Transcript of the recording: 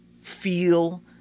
feel